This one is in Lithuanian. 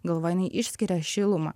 galva jinai išskiria šilumą